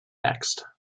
next